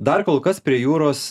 dar kol kas prie jūros